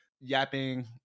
yapping